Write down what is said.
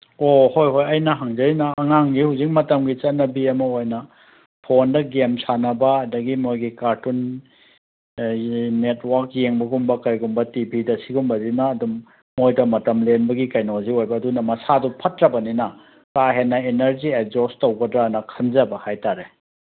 ꯑꯣ ꯍꯣꯏ ꯍꯣꯏ ꯑꯩꯅ ꯍꯪꯖꯔꯤꯅ ꯑꯉꯥꯡꯁꯤ ꯍꯧꯖꯤꯛ ꯃꯇꯝꯒꯤ ꯆꯠꯅꯕꯤ ꯑꯃ ꯑꯣꯏꯅ ꯐꯣꯟꯗ ꯒꯦꯝ ꯁꯥꯟꯅꯕ ꯑꯗꯒꯤ ꯃꯣꯏꯒꯤ ꯀꯥꯔꯇꯨꯟ ꯅꯦꯠꯋꯥꯛ ꯌꯦꯡꯕꯒꯨꯝꯕ ꯀꯩꯒꯨꯝꯕ ꯇꯤ ꯚꯤꯗ ꯁꯤꯒꯨꯝꯕꯁꯤꯅ ꯑꯗꯨꯝ ꯃꯣꯏꯗ ꯃꯇꯝ ꯂꯦꯟꯕꯒꯤ ꯀꯩꯅꯣꯁꯤ ꯑꯣꯏꯕ ꯑꯗꯨꯅ ꯃꯁꯥꯗꯣ ꯐꯠꯇ꯭ꯔꯕꯅꯤꯅ ꯀꯥ ꯍꯦꯟꯅ ꯏꯅꯔꯖꯤ ꯑꯦꯛꯖꯣꯁ ꯇꯧꯒꯗ꯭ꯔꯅ ꯈꯟꯖꯕ ꯍꯥꯏ ꯇꯥꯔꯦ